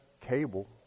cable